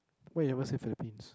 why you never say Philippines